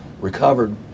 recovered